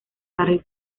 carril